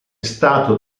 stato